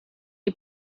you